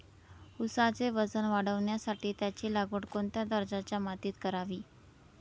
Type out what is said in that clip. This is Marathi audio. ऊसाचे वजन वाढवण्यासाठी त्याची लागवड कोणत्या दर्जाच्या मातीत करावी?